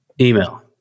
email